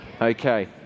Okay